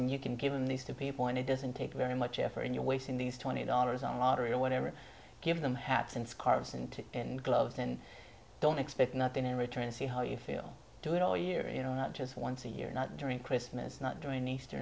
and you can give a nice to people and it doesn't take very much effort and you're wasting these twenty dollars on lottery or whatever give them hats and scarves and gloves and don't expect nothing in return see how you feel do it all year you know not just once a year not during christmas not during easter